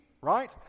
right